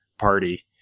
party